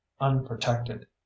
unprotected